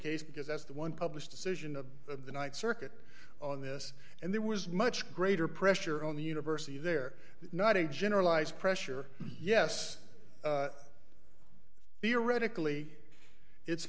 case because that's the one published decision of the th circuit on this and there was much greater pressure on the university there not a generalized pressure yes theoretically it's